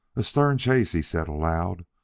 a stern chase! he said aloud.